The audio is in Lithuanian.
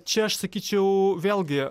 čia aš sakyčiau vėlgi